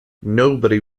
nobody